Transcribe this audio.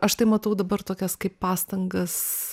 aš tai matau dabar tokias kaip pastangas